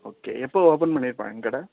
okay எப்போ open பண்ணிருப்பாங்க கடை